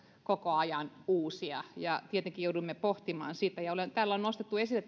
koko ajan uusia ja tietenkin joudumme pohtimaan sitä täällä on nostettu esille